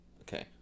Okay